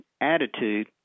attitude